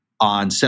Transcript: on